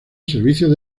servicios